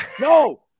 No